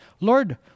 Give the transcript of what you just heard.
Lord